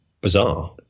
bizarre